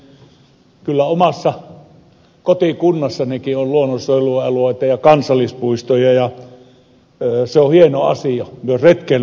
kyllä omassa kotikunnassanikin on luonnonsuojelualueita ja kansallispuisto ja se on hieno asia myös retkeilyalueita